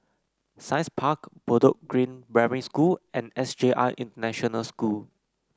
Science Park Bedok Green Primary School and S J I International School